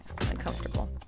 Uncomfortable